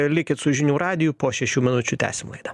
likit su žinių radiju po šešių minučių tęsim laidą